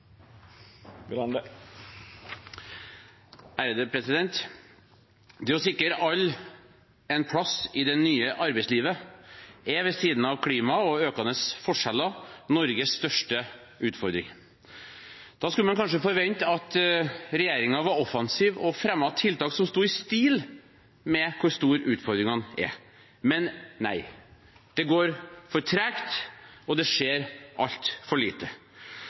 Det å sikre alle en plass i det nye arbeidslivet er, ved siden av klima og økende forskjeller, Norges største utfordring. Da skulle man kanskje forvente at regjeringen var offensiv og fremmet tiltak som sto i stil med hvor store utfordringene er, men nei, det går for tregt, og det skjer altfor lite.